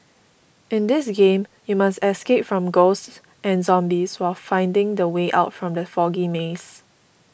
in this game you must escape from ghosts and zombies while finding the way out from the foggy maze